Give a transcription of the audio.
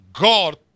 God